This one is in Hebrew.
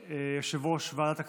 יושב-ראש ועדת הכספים,